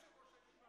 בבקשה לשבת.